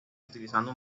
utilizando